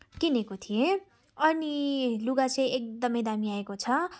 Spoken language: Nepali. किनेको थिएँ अनि लुगा चाहिँ एकदमै दामी आएको छ